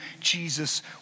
Jesus